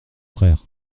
frère